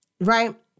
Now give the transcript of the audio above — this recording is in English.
right